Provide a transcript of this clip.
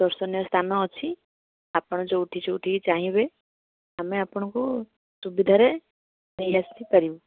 ଦର୍ଶନୀୟ ସ୍ଥାନ ଅଛି ଆପଣ ଯେଉଁଠି ଯେଉଁଠିକି ଚାହଁବେ ଆମେ ଆପଣଙ୍କୁ ସୁବିଧାରେ ନେଇ ଆସି ପାରିବୁ